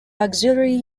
auxiliary